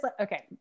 Okay